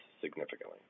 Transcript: significantly